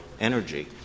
energy